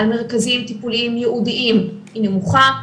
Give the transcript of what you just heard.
המרכזים טיפוליים ייעודיים היא נמוכה,